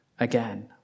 again